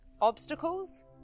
obstacles